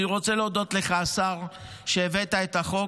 אני רוצה להודות לך, השר, שהבאת את החוק.